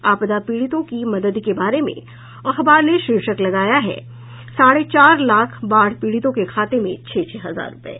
आपदा पीड़ितों की मदद के बारे में अखबार ने शीर्षक लगाया है साढ़े चार लाख बाढ़ पीड़ितों के खाते में छह छह हजार रूपये